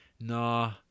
nah